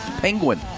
penguin